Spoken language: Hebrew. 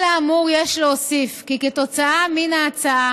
על האמור יש להוסיף כי כתוצאה מן ההצעה